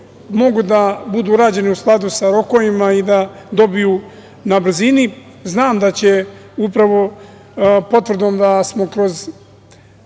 mogu da budu urađeni u skladu sa rokovima i da dobiju na brzini. Znam da će upravo potvrdom da smo kroz